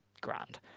grand